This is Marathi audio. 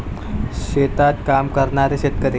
शेतात काम करणारे शेतकरी